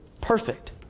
perfect